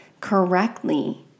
correctly